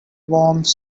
worms